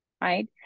right